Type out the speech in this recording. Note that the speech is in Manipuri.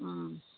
ꯎꯝ